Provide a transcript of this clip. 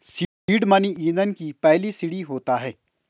seed money ईंधन की पहली सीढ़ी होता है